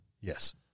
yes